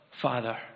Father